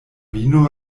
vino